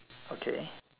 okay